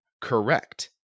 correct